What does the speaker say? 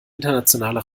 internationale